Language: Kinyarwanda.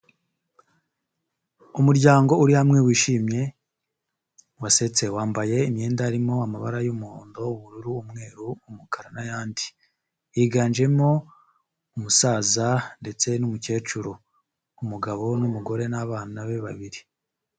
Umuryango uri hamye wishimye, wasetse; wambaye imyenda irimo amabara y'umuhondo, ubururu, umweru, umukara, n'ayandi. Higanjemo umusaza ndetse n'umukecuru, umugabo n'umugore, n'abana be babiri.